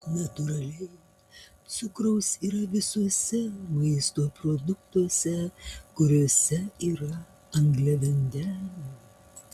natūraliai cukraus yra visuose maisto produktuose kuriuose yra angliavandenių